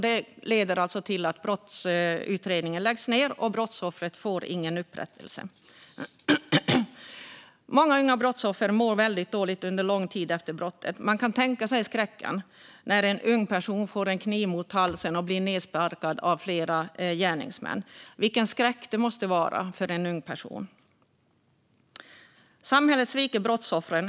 Det leder till att brottsutredningen läggs ned och att brottsoffret inte får någon upprättelse. Många unga brottsoffer mår väldigt dåligt under lång tid efter brottet. Man kan tänka sig skräcken för en ung person av att få en kniv mot halsen och bli nedsparkad av flera personer. Vilken skräck detta måste vara för en ung person! Samhället sviker brottsoffren.